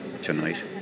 tonight